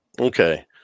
Okay